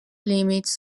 limits